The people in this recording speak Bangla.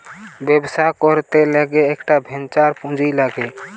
ব্যবসা করতে গ্যালে একটা ভেঞ্চার পুঁজি লাগছে